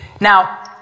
Now